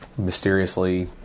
mysteriously